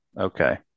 Okay